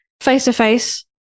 face-to-face